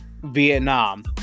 Vietnam